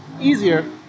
easier